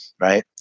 right